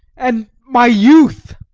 and my youth.